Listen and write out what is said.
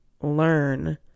learn